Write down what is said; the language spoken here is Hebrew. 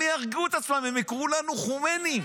הם יהרגו את עצמם, הם יקראו לנו חומיינים.